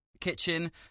kitchen